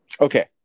Okay